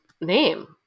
name